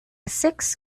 six